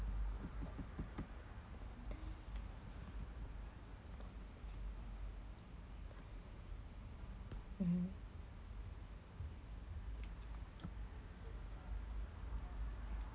mmhmm